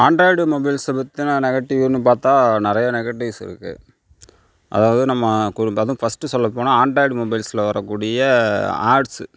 Android mobiles பற்றின நெகட்டிவ்ன்னு பார்த்தா நிறைய நெகட்டிவ்ஸ் இருக்குது அதாவது நம்ப அதுவும் ஃபர்ஸ்ட் சொல்லப்போனால் ஆண்ட்ராய்டு மொபைல்ஸில் வரக்கூடிய ஆட்ஸு